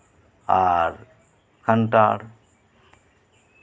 ᱟᱨ ᱠᱟᱱᱴᱷᱟᱲ